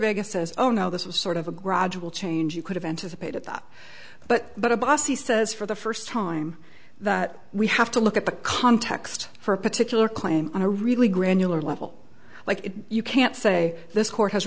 vega says oh no this was sort of a gradual change you could have anticipated that but but abbassi says for the first time that we have to look at the context for a particular claim on a really granular level like if you can't say this court has